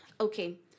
Okay